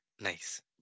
Nice